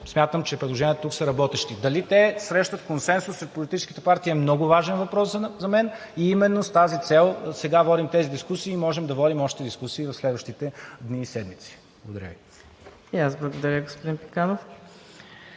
Смятам, че предложенията тук са работещи. Дали те срещат консенсус сред политическите партии е много важен въпрос за мен и именно с тази цел сега водим тези дискусии и можем да водим още дискусии в следващите дни и седмици. Благодаря Ви.